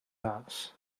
ras